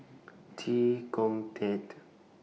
Chee Kong Tet